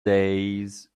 days